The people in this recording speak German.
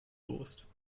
wurst